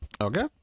okay